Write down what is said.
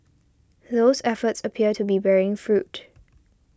those efforts appear to be bearing fruit